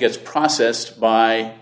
gets processed by